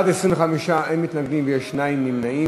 בעד, 25, אין מתנגדים ויש שני נמנעים.